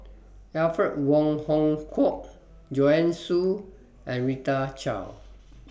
Alfred Wong Hong Kwok Joanne Soo and Rita Chao